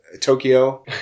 Tokyo